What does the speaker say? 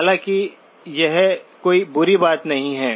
हालाँकि यह कोई बुरी बात नहीं है